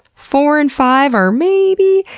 four and five are maybe,